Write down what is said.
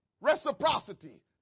Reciprocity